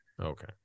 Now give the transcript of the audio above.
Okay